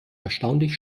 erstaunlich